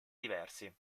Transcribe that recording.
diversi